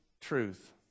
truth